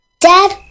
Dad